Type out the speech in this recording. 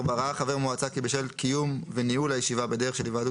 ראה חבר מועצה כי בשל קיום וניהול הישיבה בדרך של היוועדות